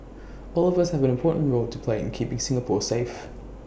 all of us have an important role to play in keeping Singapore safe